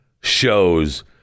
shows